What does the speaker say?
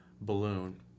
balloon